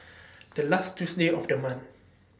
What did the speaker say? The last Tuesday of The month